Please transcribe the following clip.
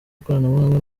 ikoranabuhanga